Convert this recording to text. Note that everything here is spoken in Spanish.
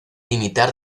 imitar